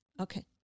Okay